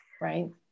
right